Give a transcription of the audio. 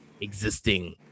existing